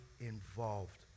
involved